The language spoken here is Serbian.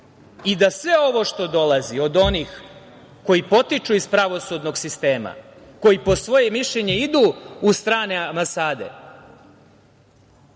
i da sve ovo što dolazi od onih koji potiču iz pravosudnog sistema, koji po svoje mišljenje idu u strane ambasade